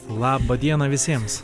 labą dieną visiems